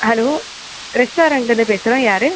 hello ரெஸ்டாரண்ட்லேருந்து பேசுகிறோம் யார்